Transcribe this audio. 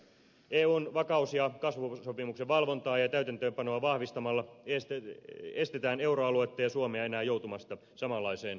eun vakaus ja kasvusopimuksen valvontaa ja täytäntöönpanoa vahvistamalla estetään euroaluetta ja suomea joutumasta enää samanlaiseen tilanteeseen